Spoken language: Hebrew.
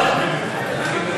נכון.